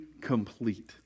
complete